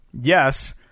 Yes